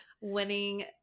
winning